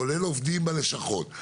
כולל עובדים בלשכות,